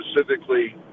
specifically